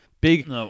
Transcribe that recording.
Big